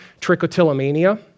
trichotillomania